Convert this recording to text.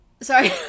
Sorry